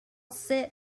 set